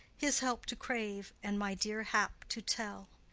his help to crave and my dear hap to tell.